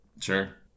Sure